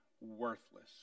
worthless